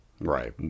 Right